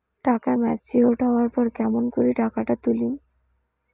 টাকা ম্যাচিওরড হবার পর কেমন করি টাকাটা তুলিম?